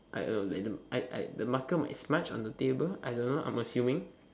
I don't know I I I the marker might smudge on the table I don't know I'm assuming